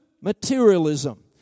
materialism